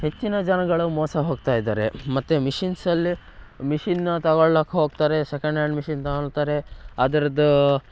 ಹೆಚ್ಚಿನ ಜನಗಳು ಮೋಸ ಹೋಗ್ತಾ ಇದ್ದಾರೆ ಮತ್ತು ಮಿಷಿನ್ಸಲ್ಲಿ ಮಿಷಿನ್ನ್ನು ತಗೊಳ್ಳಕ್ಕೆ ಹೋಗ್ತಾರೆ ಸೆಕೆಂಡ್ಹ್ಯಾಂಡ್ ಮಿಷಿನ್ ತೊಗೊಳ್ತಾರೆ ಅದ್ರದ್ದು